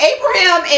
Abraham